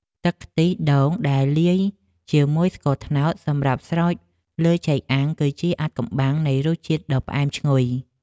ទឹកខ្ទិះដូងដែលលាយជាមួយស្ករត្នោតសម្រាប់ស្រោចលើចេកអាំងគឺជាអាថ៌កំបាំងនៃរសជាតិដ៏ផ្អែមឈ្ងុយ។